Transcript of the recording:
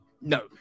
no